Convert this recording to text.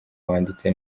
wanditse